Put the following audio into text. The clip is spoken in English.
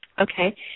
Okay